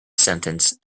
sentence